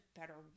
better